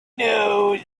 knows